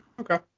okay